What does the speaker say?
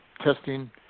testing